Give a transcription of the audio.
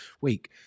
week